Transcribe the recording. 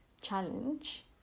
challenge